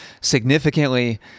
significantly